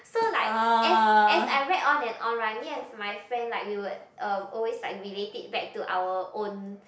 so like as as I read on and on right me and my friend like we would uh always like relate it back to our own